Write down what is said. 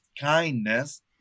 kindness